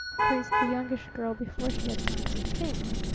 quizzed the youngish girl before she had time to think.